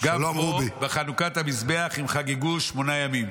אז גם פה, בחנוכת המזבח הם חגגו שמונה ימים.